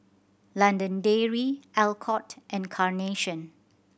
London Dairy Alcott and Carnation